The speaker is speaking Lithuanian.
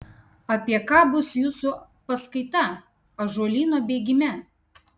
apie ką bus jūsų paskaita ąžuolyno bėgime